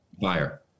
fire